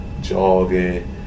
jogging